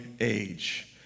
age